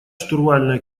штурвальное